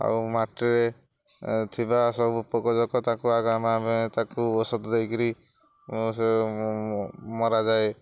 ଆଉ ମାଟିରେ ଥିବା ସବୁ ପୋକଜୋକ ତାକୁ ଆଗ ଆାମେ ଆମେ ତାକୁ ଔଷଧ ଦେଇକିରି ସେ ମରାଯାଏ